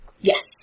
Yes